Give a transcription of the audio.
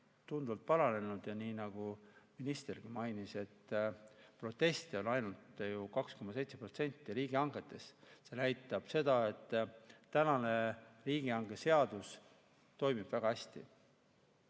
tunduvalt paranenud ja nii nagu ministergi mainis, proteste on ainult 2,7% riigihangetest. See näitab seda, et riigihangete seadus toimib väga hästi.